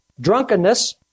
drunkenness